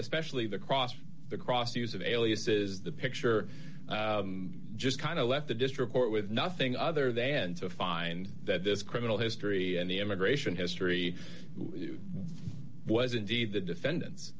especially the cross the cross use of aliases the picture just kind of left the district court with nothing other than to find that this criminal history and the immigration history was indeed the defendants